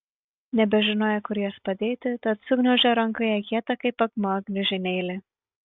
nebežinojo kur juos padėti tad sugniaužė rankoje į kietą kaip akmuo gniužulėlį